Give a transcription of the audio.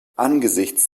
angesichts